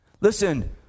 Listen